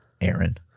Aaron